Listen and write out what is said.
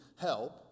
help